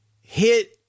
hit